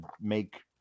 make